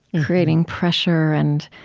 creating pressure and,